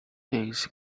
things